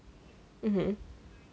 mmhmm